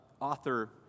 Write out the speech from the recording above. author